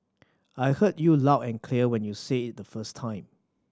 I heard you loud and clear when you said it the first time